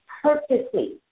purposely